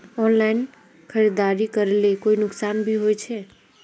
Online खरीदारी करले कोई नुकसान भी छे?